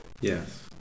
Yes